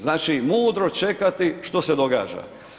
Znači mudro čekati što se događa.